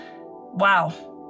wow